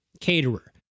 caterer